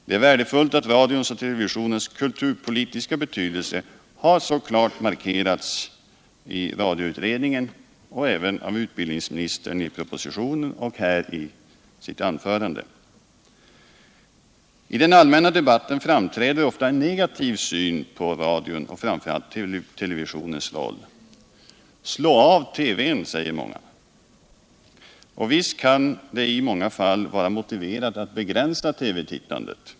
Det är värdefullt att radions och televisionens kulturpolitiska betydelse har så klart markerats av radioutredningen och även av utbildningsministern både i propositionen och i anförandet här. I den allmänna debatten framträder ofta en negativ syn på radions och framför allt televisionens roll. Slå av TV-n, säger många. Och visst kan det i många fall vara motiverat att begränsa TV-tittandet.